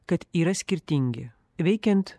kad yra skirtingi veikiant